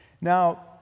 now